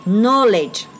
knowledge